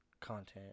content